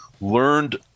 learned